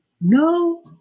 No